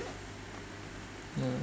no